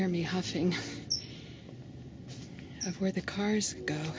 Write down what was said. hear me huffing of where the cars